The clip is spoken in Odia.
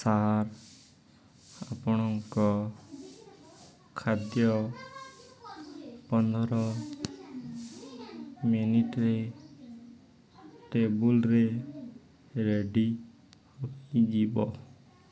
ସାର୍ ଆପଣଙ୍କ ଖାଦ୍ୟ ପନ୍ଦର ମିନିଟ୍ରେ ଟେବୁଲରେ ରେଡ଼ି ହୋଇଯିବ